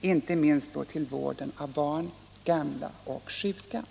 inte minst då till vården av barn, sjuka och gamla.